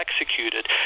executed